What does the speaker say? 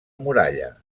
muralla